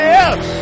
Yes